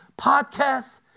podcasts